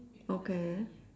okay